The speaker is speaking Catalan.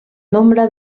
nombre